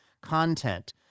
content